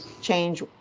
change